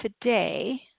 today